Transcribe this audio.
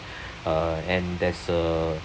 uh and there's a